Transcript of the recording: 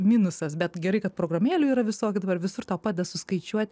minusas bet gerai kad programėlių yra visokių dabar visur tau padeda suskaičiuot